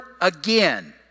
again